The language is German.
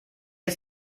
ist